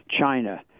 China